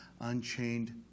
unchained